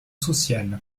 social